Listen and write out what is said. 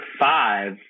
five